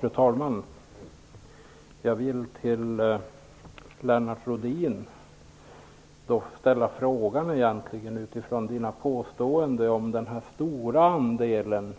Fru talman! När Lennart Rohdin påstår att det är en stor andel